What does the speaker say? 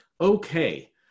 Okay